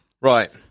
Right